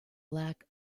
lack